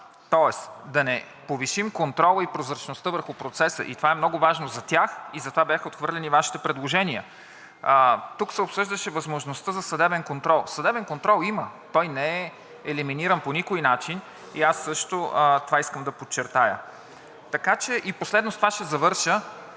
Тоест да не повишим контрола и прозрачността върху процеса и това е много важно за тях и затова бяха отхвърлени Вашите предложения. Тук се обсъждаше възможността за съдебен контрол. Съдебен контрол има. Той не е елиминиран по никой начин и аз също искам това да подчертая. Последно, с това ще завърша,